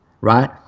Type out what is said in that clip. right